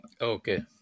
okay